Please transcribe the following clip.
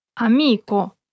Amico